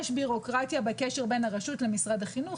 יש ביורוקרטיה בקשר בין הרשות למשרד החינוך,